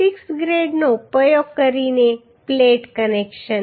6 ગ્રેડનો ઉપયોગ કરીને પ્લેટ કનેક્શન